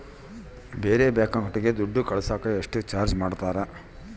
ಬೇರೆ ಬ್ಯಾಂಕ್ ಅಕೌಂಟಿಗೆ ದುಡ್ಡು ಕಳಸಾಕ ಎಷ್ಟು ಚಾರ್ಜ್ ಮಾಡತಾರ?